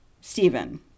Stephen